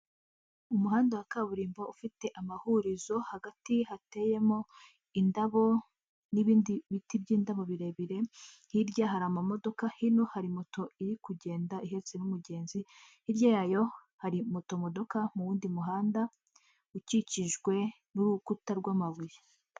Umuhanda wa kaburimbo ufite amahurizo, hagati hateyemo indabo n'ibindi biti by'indabo birebire, hirya hari amamodoka, hino hari moto iri kugenda ihetse n'umugenzi, hirya yayo hari motomodokaka mu wundi muhanda ukikijwe n'urukuta rw'amabuye.